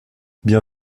bien